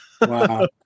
Wow